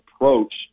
approach